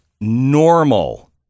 normal